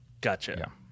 Gotcha